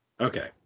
Okay